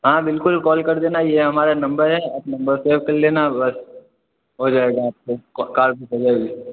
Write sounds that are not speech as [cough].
हाँ बिल्कुल कॉल कर देना ये हमारा नंबर आप नंबर सेव कर लेना बस हो जाएगा आपको कार [unintelligible]